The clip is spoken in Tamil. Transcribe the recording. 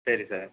சரி சார்